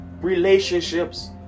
relationships